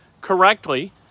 correctly